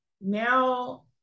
Now